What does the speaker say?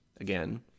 again